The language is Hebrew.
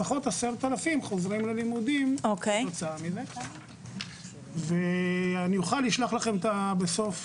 לפחות 10,000 חוזרים ללימודים כתוצאה מכך ואני אוכל לשלוח לכם בסוף